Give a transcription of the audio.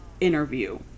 interview